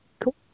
cool